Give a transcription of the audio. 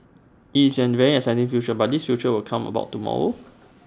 it's A very exciting future but this future will come about tomorrow